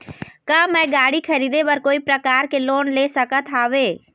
का मैं गाड़ी खरीदे बर कोई प्रकार के लोन ले सकत हावे?